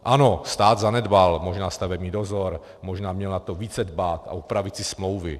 Ano, stát zanedbal možná stavební dozor, možná měl na to více dbát a upravit si smlouvy.